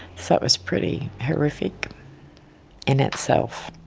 so it was pretty horrific in itself.